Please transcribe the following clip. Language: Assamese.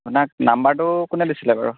আপোনাক নাম্বাৰটো কোনে দিছিলে বাৰু